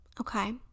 Okay